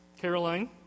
Caroline